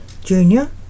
Junior